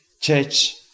church